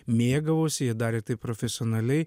mėgavosi jie darė tai profesionaliai